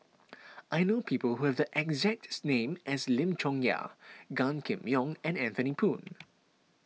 I know people who have the exact this name as Lim Chong Yah Gan Kim Yong and Anthony Poon